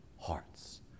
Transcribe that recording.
Hearts